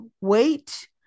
wait